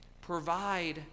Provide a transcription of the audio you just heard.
provide